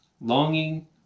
longing